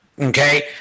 Okay